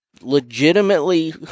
legitimately